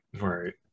Right